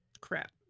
Crap